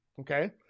Okay